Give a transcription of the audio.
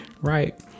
right